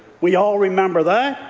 we all remember that.